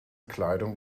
kleidung